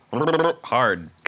Hard